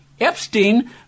Epstein